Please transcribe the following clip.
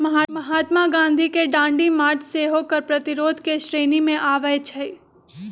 महात्मा गांधी के दांडी मार्च सेहो कर प्रतिरोध के श्रेणी में आबै छइ